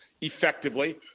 effectively